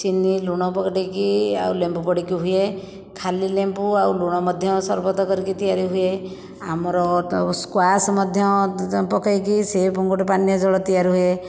ଚିନି ଲୁଣ ପଡ଼ିକି ଆଉ ଲେମ୍ବୁ ପଡ଼ିକି ହୁଏ ଖାଲି ଲେମ୍ବୁ ଆଉ ଲୁଣ ମଧ୍ୟ ସର୍ବତ କରିକି ତିଆରି ହୁଏ ଆମର ତ ସ୍କ୍ୱାସ୍ ମଧ୍ୟ ପକେଇକି ସିଏ ଗୋଟିଏ ପାନୀୟ ଜଳ ତିଆରି ହୁଏ